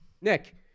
Nick